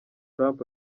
trump